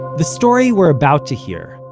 the story we're about to hear,